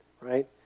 right